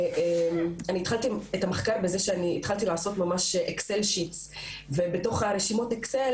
אני התחלתי את המחקר בזה שאני התחלתי לעשות אקסל ובתוך רשימות האקסל